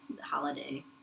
holiday